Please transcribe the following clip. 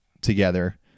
together